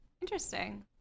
Interesting